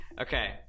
Okay